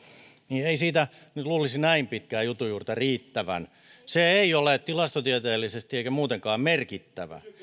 niin että ei siitä nyt luulisi näin pitkään jutun juurta riittävän se ei ole tilastotieteellisesti eikä muutenkaan merkittävää